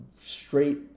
straight